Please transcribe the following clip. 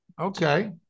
Okay